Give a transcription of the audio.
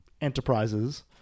enterprises